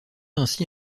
ainsi